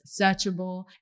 searchable